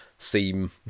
Seem